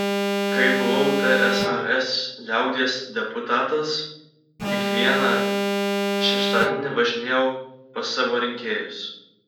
kai buvau tsrs liaudies deputatas kiekvieną šeštadienį važinėjau pas savo rinkėjus